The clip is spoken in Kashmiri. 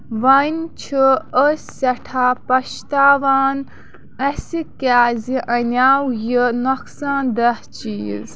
وۄنۍ چھِ أسۍ سٮ۪ٹھاہ پَشتاوان اَسہِ کیازِ اَنیو یہِ نۄقصان دیہہ چیٖز